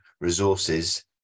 resources